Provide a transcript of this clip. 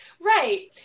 Right